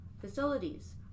facilities